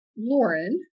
lauren